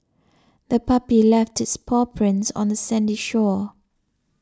the puppy left its paw prints on the sandy shore